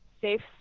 Safe